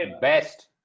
best